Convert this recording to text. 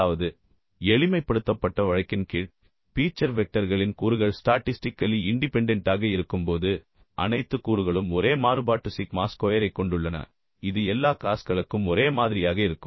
அதாவது எளிமைப்படுத்தப்பட்ட வழக்கின் கீழ் பீச்சர் வெக்டர்களின் கூறுகள் ஸ்டாட்டிஸ்டிக்கலி இண்டிபெண்டெண்ட்டாக இருக்கும்போது அனைத்து கூறுகளும் ஒரே மாறுபாட்டு சிக்மா ஸ்கொயரைக் கொண்டுள்ளன இது எல்லா க்ளாஸ்களுக்கும் ஒரே மாதிரியாக இருக்கும்